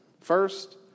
first